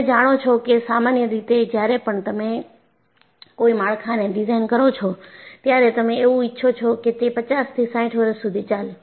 તમે જાણો છો કે સામાન્ય રીતે જ્યારે પણ તમે કોઈ માળખાને ડિઝાઇન કરો છો ત્યારે તમે એવું ઇચ્છો છો કે તે 50 થી 60 વર્ષ સુધી ચાલે